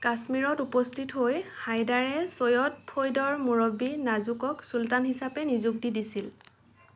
কাশ্মীৰত উপস্থিত হৈ হাইদাৰে ছৈয়দ ফৈদৰ মুৰব্বী নাজুকক চুলতান হিচাপে নিযুক্তি দিছিল